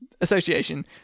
association